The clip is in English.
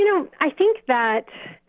you know i think that